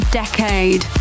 decade